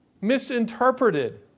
misinterpreted